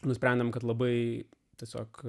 nusprendėme kad labai tiesiog